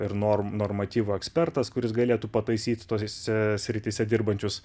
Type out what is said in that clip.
ir norm normatyvo ekspertas kuris galėtų pataisyt tose srityse dirbančius